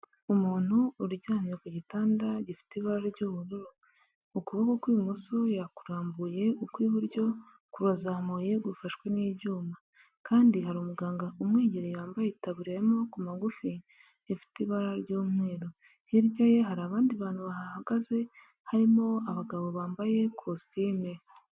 Umuntu uryamye ku gitanda gifite ibara ry'ubururu ukuboko kw'ibumoso yakurambuye, ukw'iburyo kurazamuye gufashwe n'ibyuma kandi hari umuganga umwegereye wambaye itaburiya y’amaboko magufi ifite ibara ry'umweru, hirya ye hari abandi bantu bahagaze harimo abagabo bambaye ikositimu.